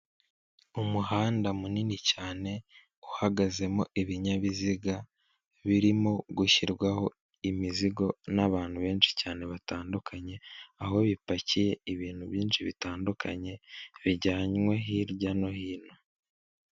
Umuhanda munini cyane uhagazemo ibinyabiziga birimo gushyirwaho imizigo n'abantu benshi cyane batandukanye, aho bipakiye ibintu byinshi bitandukanye bijyanywe hirya no hino.